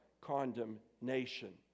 condemnation